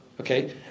Okay